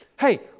hey